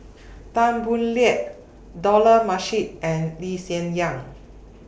Tan Boo Liat Dollah Majid and Lee Hsien Yang